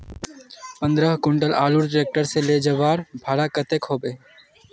पंद्रह कुंटल आलूर ट्रैक्टर से ले जवार भाड़ा कतेक होबे?